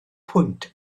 pwynt